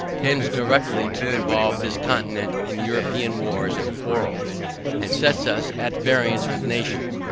tends directly to involve this continent in european wars and quarrels and sets us at variance with nations,